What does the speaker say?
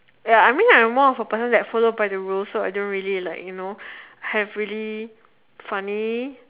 ya I mean I'm more of a person that follow by the rules so I don't really like you know heavily funny